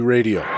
Radio